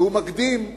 והוא מקדים,